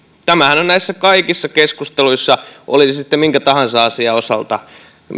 tämähän on tullut ilmi näissä kaikissa keskusteluissa mitä täällä ollaan käyty oli se sitten minkä tahansa asian osalta